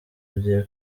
rugiye